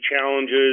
challenges